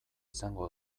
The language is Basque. izango